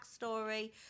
backstory